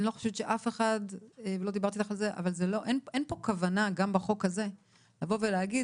גם בחוק הזה אין כוונה לבוא ולהגיד